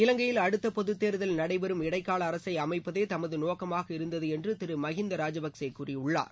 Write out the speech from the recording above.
இலங்கையில் அடுத்த பொதுத் தேர்தல் நடைபெறும் வரை இடைக்கால அரசை அமைப்பதே தமது நோக்கமாக இருந்தது என்று திரு மஹிந்த ராஜபக்ஷே கூறியுள்ளார்